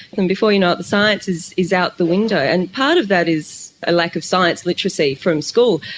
and before you know it the science is is out the window. and part of that is a lack of science literacy from school,